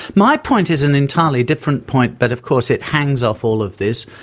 my point is an entirely different point but of course it hangs off all of this.